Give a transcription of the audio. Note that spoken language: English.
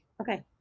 Okay